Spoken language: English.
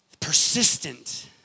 persistent